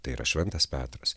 tai yra šventas petras